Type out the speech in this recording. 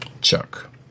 Chuck